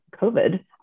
COVID